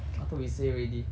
I thought we say later